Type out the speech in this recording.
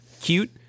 cute